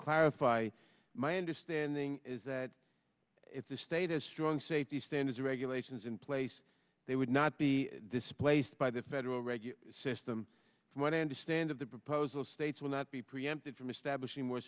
clarify my understanding is that if the state is strong safety standards regulations in place they would not be displaced by the federal regular system from what i understand of the proposal states will not be preempted from establishing more